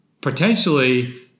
potentially